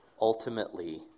ultimately